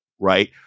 right